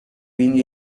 being